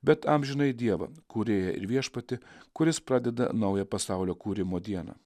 bet amžinąjį dievą kūrėją ir viešpatį kuris pradeda naują pasaulio kūrimo dieną